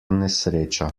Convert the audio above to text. nesreča